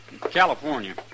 California